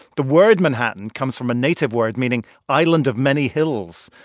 the word manhattan comes from a native word meaning island of many hills.